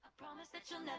promise zone. ah